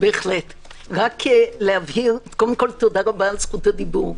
תודה רבה על זכות הדיבור.